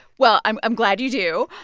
well, i'm i'm glad you do.